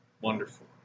wonderful